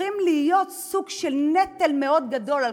הופכים להיות סוג של נטל מאוד גדול על